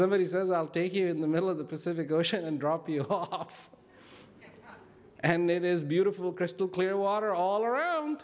somebody says i'll take you in the middle of the pacific ocean and drop you off and it is beautiful crystal clear water all around